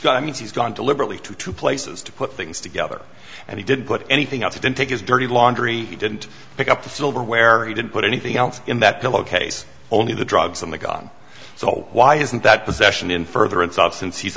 mean he's gone deliberately to two places to put things together and he didn't put anything out to didn't take his dirty laundry he didn't pick up the silverware he didn't put anything else in that pillow case only the drugs and the gun so why isn't that possession in furtherance of since he's